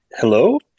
Hello